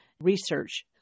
research